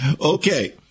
Okay